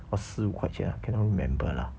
or 十五块钱 ah cannot remember lah